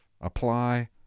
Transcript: Apply